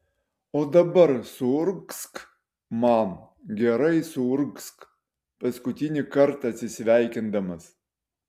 o dabar suurgzk man gerai suurgzk paskutinį kartą atsisveikindamas